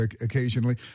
occasionally